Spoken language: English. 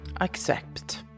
Accept